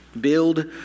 Build